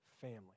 family